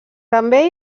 també